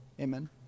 amen